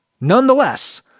Nonetheless